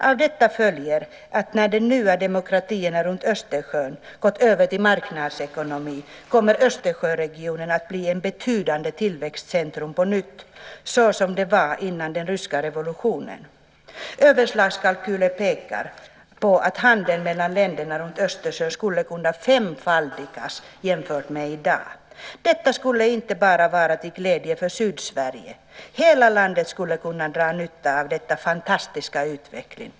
Av detta följer att när de nya demokratierna runt Östersjön gått över till marknadsekonomi kommer Östersjöregionen att bli ett betydande tillväxtcentrum på nytt, såsom det var innan den ryska revolutionen. Överslagskalkyler pekar på att handeln mellan länderna runt Östersjön skulle kunna femfaldigas jämfört med i dag. Detta skulle inte bara vara till glädje för Sydsverige. Hela landet skulle kunna dra nytta av denna fantastiska utveckling.